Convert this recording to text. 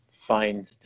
find